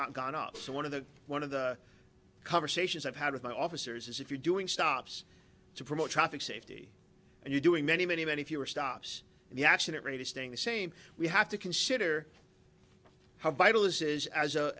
not gone up so one of the one of the conversations i've had with my officers is if you're doing stops to promote traffic safety and you're doing many many many fewer stops and the accident rate is staying the same we have to consider how vital is is as a